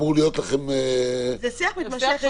זה שיח מתמשך.